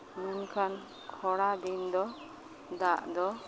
ᱢᱮᱱᱠᱷᱟᱱ ᱠᱷᱚᱲᱟ ᱫᱤᱱ ᱫᱚ ᱫᱟᱜ ᱫᱚ